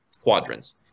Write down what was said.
quadrants